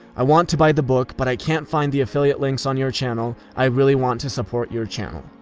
i want to buy the book, but i can't find the affiliate links on your channel. i really want to support your channel.